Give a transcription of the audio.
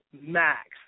max